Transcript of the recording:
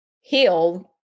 heal